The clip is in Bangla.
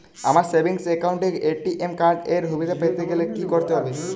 আমার সেভিংস একাউন্ট এ এ.টি.এম কার্ড এর সুবিধা পেতে গেলে কি করতে হবে?